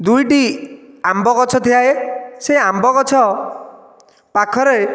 ଦୁଇଟି ଆମ୍ବ ଗଛ ଥାଏ ସେହି ଆମ୍ବ ଗଛ ପାଖରେ